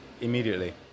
immediately